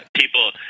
People